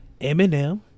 Eminem